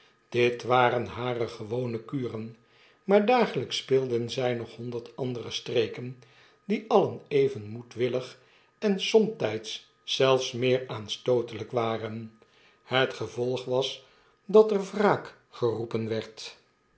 dit waren hare gewone kuren maar dagelps speelden zij nog honderd andere streken die alien even moedwillig en somtjjds zelfs meer aanstootelp waren het gevolg was dat er wraak geroepen werd